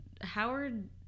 Howard